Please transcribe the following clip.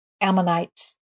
Ammonites